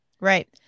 Right